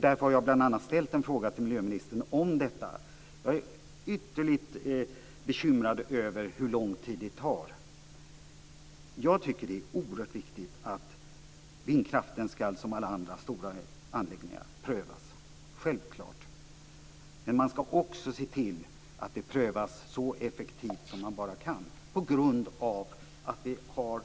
Därför har jag bl.a. ställt en fråga till miljöministern om detta. Jag är ytterligt bekymrad över hur lång tid det tar. Jag tycker att det är oerhört viktigt att vindkraften som alla andra stora anläggningar ska prövas. Det är självklart. Men man ska också se till att det prövas så effektivt som det bara går på grund av att vi har